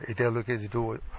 ah delegates,